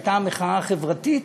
כשהייתה מחאה חברתית,